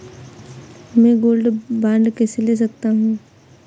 मैं gold bond कैसे ले सकता हूँ?